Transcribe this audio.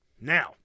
Now